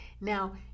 Now